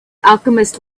alchemist